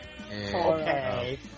Okay